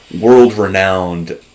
world-renowned